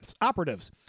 operatives